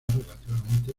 relativamente